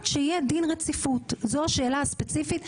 שיהיה דין רציפות זו השאלה הספציפית.